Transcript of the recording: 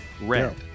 Red